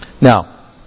Now